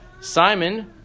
Simon